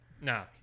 Nah